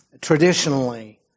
Traditionally